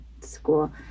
school